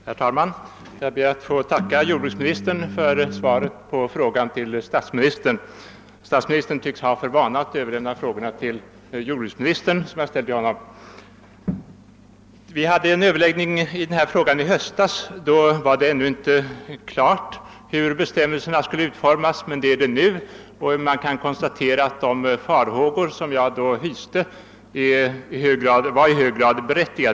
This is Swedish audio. Herr talman! Jag ber att få tacka jordbruksministern för svaret på min fråga till statsministern. Statsministern tycks ha för vana att överlämna frågor som ställs till honom till jordbruksministern. Vi hade i höstas en överläggning i denna fråga. Då var det ännu inte klart hur bestämmelserna skulle utformas, men det är det nu. Man kan nu konstatera att de farhågor som jag då hyste var i hög grad berättigade.